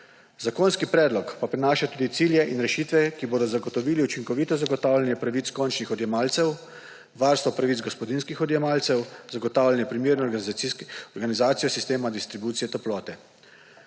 Zakonski predlog pa prinaša tudi cilje in rešitve, ki bodo zagotovili učinkovito zagotavljanje pravic končnih odjemalcev, varstvo pravic gospodinjskih odjemalcev, zagotavljanje primerne organizacije sistema distribucije toplote.